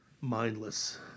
mindless